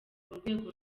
urwego